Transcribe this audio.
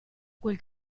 quel